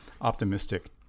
optimistic